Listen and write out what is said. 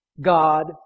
God